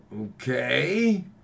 Okay